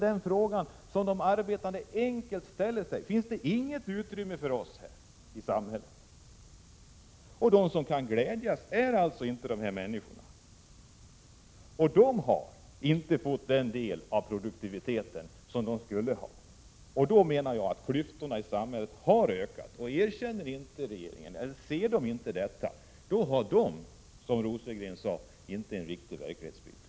Den fråga som de arbetande enkelt ställer sig är följande: Finns det inget utrymme för oss i samhället? De som kan glädjas är inte de arbetande människorna. De har inte fått den del av produktiviteten som de borde ha fått. Då menar jag att klyftorna i samhället har ökat. Erkänner inte regeringen detta, eller ser den inte detta, då har den, som Björn Rosengren sade, inte en riktig verklighetsbild.